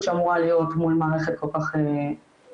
שאמורה להיות מול מערכת כל כך קריטית.